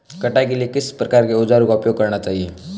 कटाई के लिए किस प्रकार के औज़ारों का उपयोग करना चाहिए?